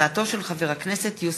תודה.